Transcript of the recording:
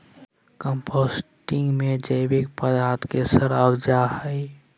composting में जैविक पदार्थ के सड़ाबल जा हइ